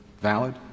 valid